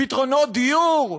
פתרונות דיור?